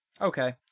Okay